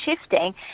shifting